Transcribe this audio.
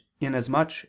inasmuch